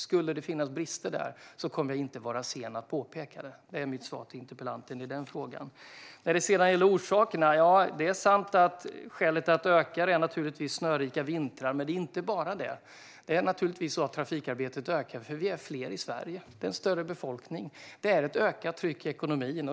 Skulle det finnas brister kommer jag inte att vara sen att påpeka det. Det är mitt svar till interpellanten i den frågan. När det gäller orsakerna är det naturligtvis sant att skälet till att antalet olyckor ökar är snörika vintrar - men det är inte bara det. Det är naturligtvis även så att trafikarbetet ökar, eftersom vi är fler i Sverige. Det är en större befolkning, och det är ett ökat tryck i ekonomin.